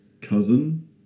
Cousin